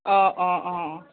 অঁ অঁ অঁ